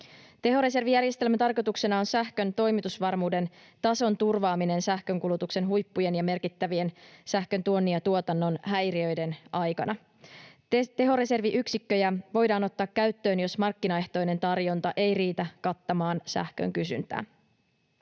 Tehoreservijärjestelmän tarkoituksena on sähkön toimitusvarmuuden tason turvaaminen sähkönkulutuksen huippujen ja merkittävien sähköntuonnin ja ‑tuotannon häiriöiden aikana. Tehoreserviyksikköjä voidaan ottaa käyttöön, jos markkinaehtoinen tarjonta ei riitä kattamaan sähkön kysyntää.